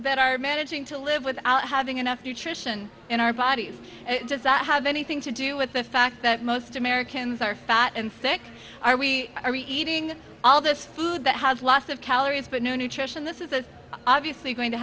that are managing to live without having enough nutrition in our body does that have anything to do with the fact that most americans are fat and thick are we are eating all this food that has lots of calories but nutrition this is the obviously going to